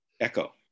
echo